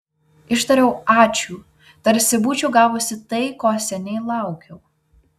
ištariau ačiū tarsi būčiau gavusi tai ko seniai laukiau